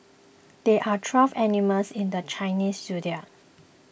there are twelve animals in the Chinese zodiac